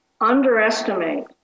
underestimate